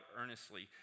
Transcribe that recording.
earnestly